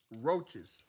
Roaches